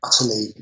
utterly